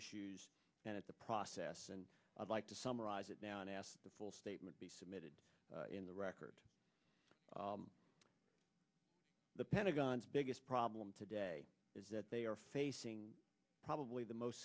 issues and it's a process and i'd like to summarize it now and ask the full statement be submitted in the record the pentagon's biggest problem today is that they are facing probably the most